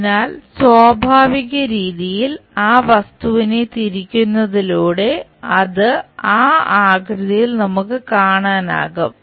അതിനാൽ സ്വാഭാവിക രീതിയിൽ ആ വസ്തുവിനെ തിരിക്കുന്നതിലൂടെ അത് ആ ആകൃതിയിൽ നമുക്ക് കാണാനാകും